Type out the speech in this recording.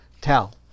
tell